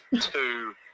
two